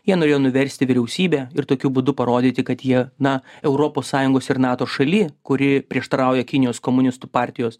jie norėjo nuversti vyriausybę ir tokiu būdu parodyti kad jie na europos sąjungos ir nato šaly kuri prieštarauja kinijos komunistų partijos